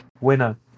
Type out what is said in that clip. winner